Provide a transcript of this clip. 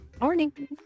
Morning